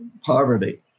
poverty